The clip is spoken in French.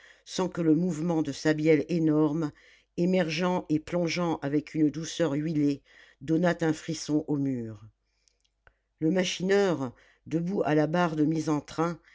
sans que le mouvement de sa bielle énorme émergeant et plongeant avec une douceur huilée donnât un frisson aux murs le machineur debout à la barre de mise en train